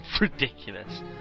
ridiculous